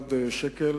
מיליארד שקל